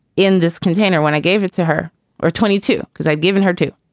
in this container when i gave it to her or twenty two because i'd given her too.